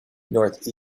north